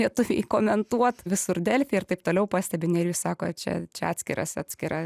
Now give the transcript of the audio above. lietuviai komentuot visur delfy ir taip toliau pastebi nerijus sako čia čia atskiras atskira